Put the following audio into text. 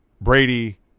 Brady